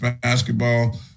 basketball